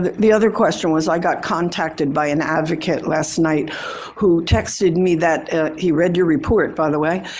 the the other question was i got contacted by an advocate last night who texted me that he read your report, by the way,